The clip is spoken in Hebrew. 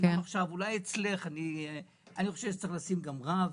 עכשיו - אני חושב שצריך לשים גם רב,